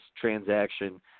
transaction